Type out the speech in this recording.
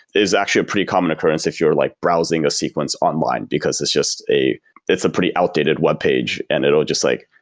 there's actually a pretty common occurrence if you're like browsing a sequence online, because it's just a it's a pretty outdated webpage and it'll just like,